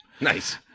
Nice